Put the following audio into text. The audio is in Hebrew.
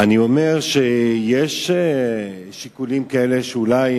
אני אומר שיש שיקולים כאלה,